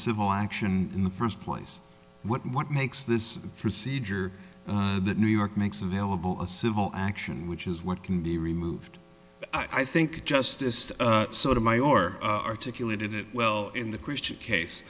civil action in the first place what makes this procedure that new york makes available a civil action which is what can be removed i think justice sotomayor articulated it well in the christian case